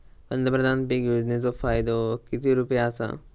पंतप्रधान पीक योजनेचो फायदो किती रुपये आसा?